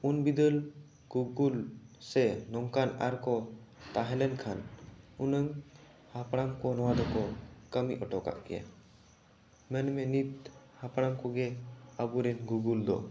ᱩᱱ ᱵᱤᱫᱟᱹᱞ ᱜᱩᱜᱩᱞ ᱥᱮ ᱱᱚᱝᱠᱟᱱ ᱟᱨ ᱠᱚ ᱛᱟᱦᱮᱸ ᱞᱮᱱ ᱠᱷᱟᱱ ᱱᱩᱱᱟᱹᱜ ᱦᱟᱯᱲᱟᱢ ᱠᱚ ᱱᱚᱣᱟ ᱫᱚᱠᱚ ᱠᱟᱹᱢᱤ ᱦᱚᱴᱚ ᱠᱟᱜ ᱠᱮᱭᱟ ᱢᱮᱱ ᱢᱮ ᱱᱤᱛ ᱦᱟᱯᱲᱟᱢ ᱠᱚᱜᱮ ᱟᱵᱚ ᱨᱮᱱ ᱜᱩᱜᱩᱞ ᱫᱚ